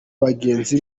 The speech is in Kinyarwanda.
bagenzi